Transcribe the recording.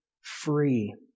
free